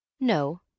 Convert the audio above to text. No